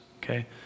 okay